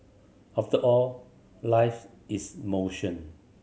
after all life is motion